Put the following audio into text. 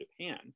Japan